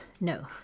No